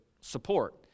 support